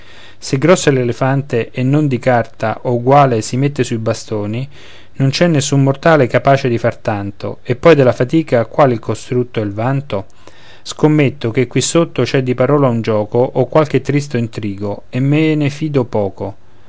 se grosso è l'elefante e non di carta o quale si mette sui bastoni non c'è nessun mortale capace di far tanto e poi della fatica quale il costrutto e il vanto scommetto che qui sotto c'è di parola un gioco o qualche tristo intrigo e me ne fido poco